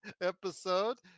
Episode